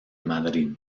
madrid